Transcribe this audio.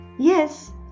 Yes